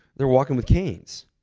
they're walking with canes.